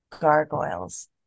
gargoyles